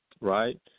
right